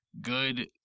good